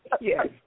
Yes